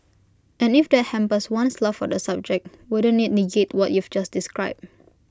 and if that hampers one's love for the subject wouldn't IT negate what you've just described